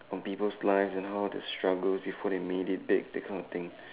on people's lives and how they struggled before they made it big that kind of thing